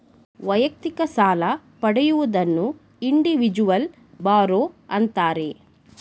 ವೈಯಕ್ತಿಕ ಸಾಲ ಪಡೆಯುವುದನ್ನು ಇಂಡಿವಿಜುವಲ್ ಬಾರೋ ಅಂತಾರೆ